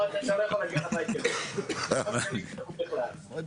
וזה לא הוגן לא להתחשב בתושבים כי הם כול הזמן משלמים ארנונה.